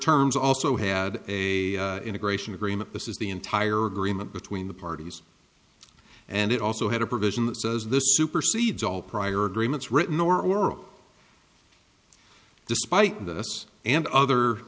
terms also had a integration agreement this is the entire agreement between the parties and it also had a provision that says this supersedes all prior agreements written or world despite this and other